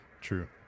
True